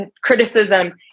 criticism